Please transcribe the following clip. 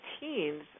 teens